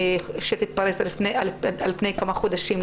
שמתפרשת על פני כמה חודשים,